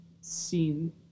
scene